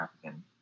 African